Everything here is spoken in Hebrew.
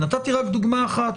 נתתי רק דוגמה אחת,